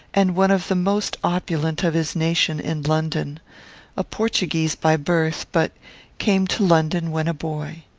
and one of the most opulent of his nation in london a portuguese by birth, but came to london when a boy.